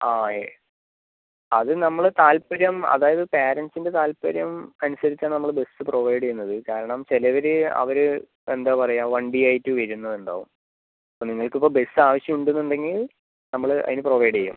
ആ അത് നമ്മൾ താൽപര്യം അതായത് പാരൻറ്റ്സിൻ്റെ താൽപര്യം അനുസരിച്ചാണ് നമ്മൾ ബസ് പ്രൊവൈഡ് ചെയ്യുന്നത് കാരണം ചിലവർ അവർ എന്താണ് പറയുക വണ്ടി ആയിട്ട് വരുന്നത് ഉണ്ടാവും നിങ്ങൾക്ക് ഇപ്പോൾ ബസ് ആവശ്യം ഉണ്ടെന്ന് ഉണ്ടെങ്കിൽ നമ്മൾ അതിന് പ്രൊവൈഡ് ചെയ്യും